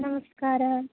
नमस्कारः